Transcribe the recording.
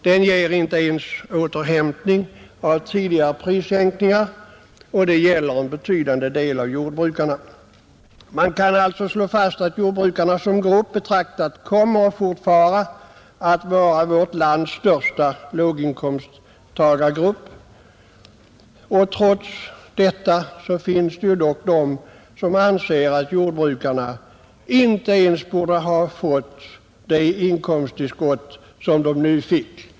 Den ger inte ens återhämtning av tidigare prissänkningar för en betydande del av jordbrukarna, Man kan alltså slå fast att jordbrukarna även i fortsättningen kommer att vara vårt lands största låginkomsttagargrupp. Trots detta anser en del att jordbrukarna inte ens borde ha fått det inkomsttillskott som de nu fick.